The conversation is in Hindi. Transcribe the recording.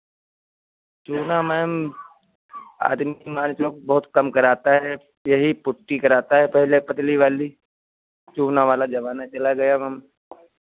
चूना मैम आदमी हमारे जो अब बहुत कम कराता है यही पुट्टी कराता है पहले पतली वाली चूना वाला ज़माना चला गया मैम